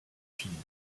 filles